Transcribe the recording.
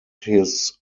his